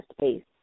space